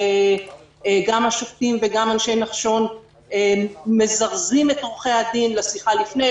כאשר גם השופטים וגם אנשי נחשון מזרזים את עורכי הדין לשיחה לפני,